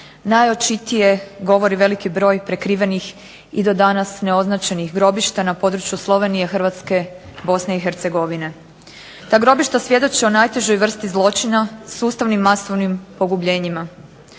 najočitije govori veliki broj prekrivenih i do danas neoznačenih grobišta na području Slovenije, Hrvatske, Bosne i Hercegovine. Ta grobišta svjedoče o najtežoj vrsti zločina, sustavnim masovnim pogubljenjima.